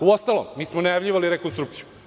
Uostalom, mi smo najavljivali rekonstrukciju.